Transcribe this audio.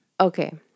Okay